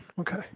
okay